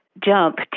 jump